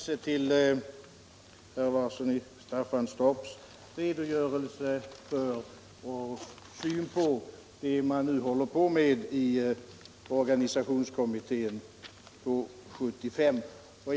Herr talman! Jag har lyssnat med mycket stort intresse på herr Larssons i Staffanstorp redogörelse för och syn på det arbete som man nu håller på med i organisationskommittén H 75.